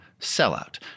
sellout